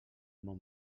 món